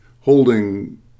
holding